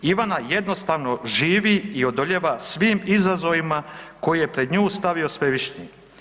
Ivana jednostavno živi i odoljeva svim izazovima koje je pred nju stavio svevišnji.